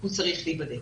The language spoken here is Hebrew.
הוא צריך להיבדק.